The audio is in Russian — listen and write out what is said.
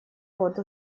год